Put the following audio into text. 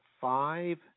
Five